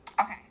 Okay